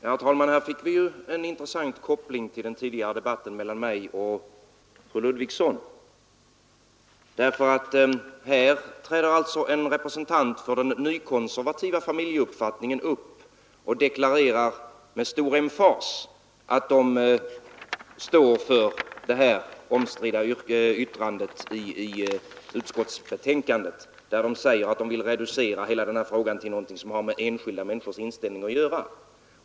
Herr talman! Nu fick vi en intressant koppling till den tidigare debatten mellan mig och fru Ludvigsson. Här träder alltså en representant för den nykonservativa familjeuppfattningen upp och deklarerar med stor emfas att man står för det omstridda yttrandet i utskottsbetänkandet, där man säger att man vill reducera frågan till något som har med enskilda människors inställning att göra.